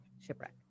shipwreck